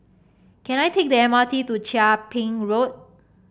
can I take the M R T to Chia Ping Road